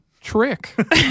trick